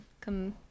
come